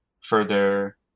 further